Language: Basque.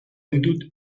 ditut